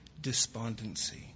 despondency